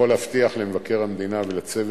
מזה.